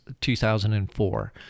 2004